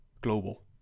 global